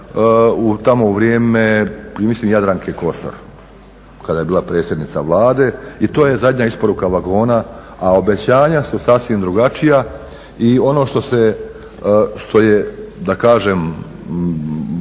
tamo u vrijeme ja mislim Jadranke Kosor kada je bila predsjednica Vlade i to je zadnja isporuka vagona, a obećanja su sasvim drugačija. I ono što je da kažem